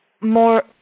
more